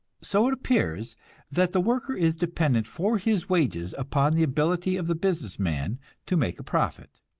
so it appears that the worker is dependent for his wages upon the ability of the business man to make a profit.